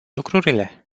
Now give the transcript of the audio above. lucrurile